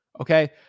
Okay